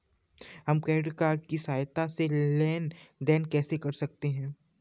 हम credit card की सहायता से लेन देन कैसे कर सकते हैं?